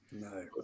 No